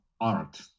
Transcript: art